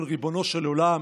של ריבונו של עולם.